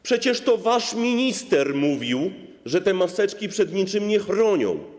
Przecież to wasz minister mówił, że te maseczki przed niczym nie chronią.